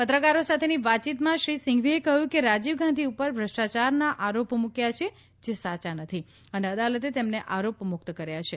પત્રકારો સાથેની વાતચીતમાં શ્રી સિંઘવીએ કહ્યું કે રાજીવ ગાંધી ઉપર બ્રષ્ટાચારના આરોપ મૂક્યા છે જે સાચા નથી અને અદાલતે તેમને આરોપ મુક્ત કર્યા છે